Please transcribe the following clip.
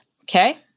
okay